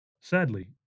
Sadly